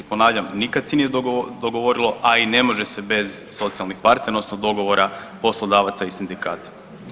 Ponavljam, nikad se nije dogovorilo, a i ne može se bez socijalnih partnera odnosno dogovara poslodavaca i sindikata.